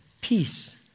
peace